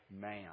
man